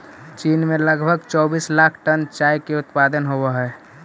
चीन में लगभग चौबीस लाख टन चाय के उत्पादन होवऽ हइ